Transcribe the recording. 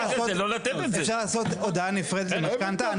אפשר לעשות הודעה נפרדת למשכנתה.